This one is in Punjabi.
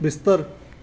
ਬਿਸਤਰ